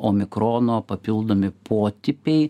omikrono papildomi potipiai